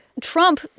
Trump